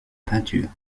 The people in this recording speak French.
peinture